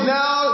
now